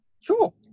Sure